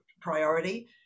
priority